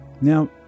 Now